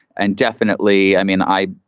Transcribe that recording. and definitely i mean, i.